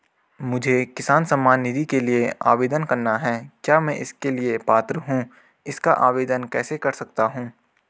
मुझे किसान सम्मान निधि के लिए आवेदन करना है क्या मैं इसके लिए पात्र हूँ इसका आवेदन कैसे कर सकता हूँ?